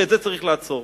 ואת זה צריך לעצור.